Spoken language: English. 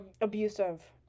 abusive